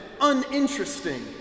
uninteresting